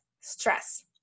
stress